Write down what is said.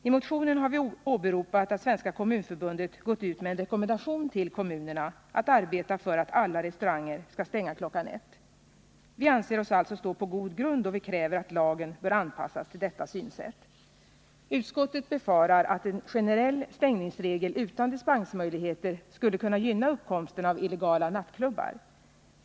I motionen har vi åberopat att Svenska kommunförbundet gått ut med en rekommendation till kommunerna att arbeta för att alla restauranger skall stänga kl. 01.00. Vi anser oss alltså stå på god grund, då vi kräver att lagen bör anpassas till detta synsätt. Utskottet befarar att en generell stängningsregel utan dispensmöjligheter skulle kunna gynna uppkomsten av illegala nattklubbar.